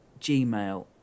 Gmail